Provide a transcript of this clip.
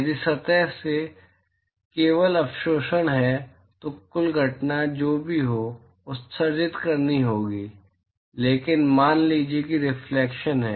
यदि सतह में केवल अवशोषण है तो कुल घटना जो भी हो उत्सर्जित करनी होगी लेकिन मान लीजिए कि रिफ्लेक्शन है